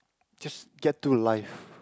just get to life